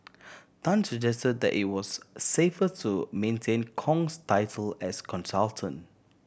Tan suggested that it was safer to maintain Kong's title as consultant